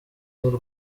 muri